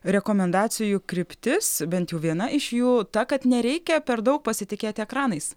rekomendacijų kryptis bent jau viena iš jų ta kad nereikia per daug pasitikėti ekranais